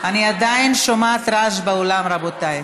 אני עדיין שומעת רעש באולם, רבותיי.